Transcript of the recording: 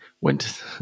went